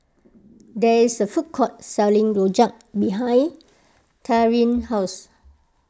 there is a food court selling Rojak behind Darien's house